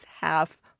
half